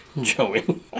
Joey